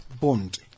bond